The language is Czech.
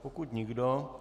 Pokud nikdo...